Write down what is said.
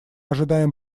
ожидаем